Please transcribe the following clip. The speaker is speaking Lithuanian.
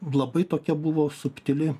labai tokia buvo subtili